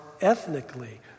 ethnically